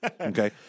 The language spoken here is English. Okay